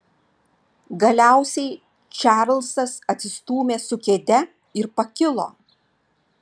galiausiai čarlzas atsistūmė su kėde ir pakilo